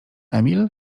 emil